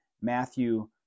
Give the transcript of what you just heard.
Matthew